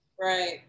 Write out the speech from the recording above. Right